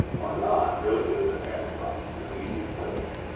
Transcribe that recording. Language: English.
are not really movement pattern problems theyre easy to coach.